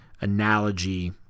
analogy